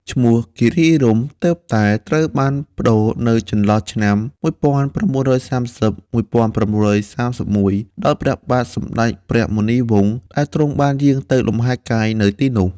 ឈ្មោះ "គិរីរម្យ" ទើបតែត្រូវបានប្ដូរនៅចន្លោះឆ្នាំ ១៩៣០-១៩៣១ ដោយព្រះបាទសម្តេចព្រះមុនីវង្ស ដែលទ្រង់បានយាងទៅលំហែកាយនៅទីនោះ។